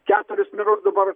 keturis merus dabar